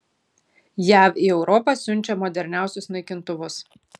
jav į europą siunčia moderniausius naikintuvus